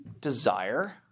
desire